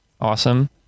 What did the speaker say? awesome